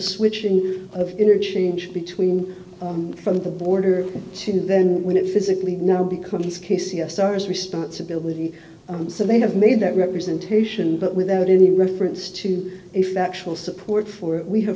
switching of interchange between from the border to then when it physically now becomes stars responsibility and so they have made that representation but without any reference to if that actual support for we have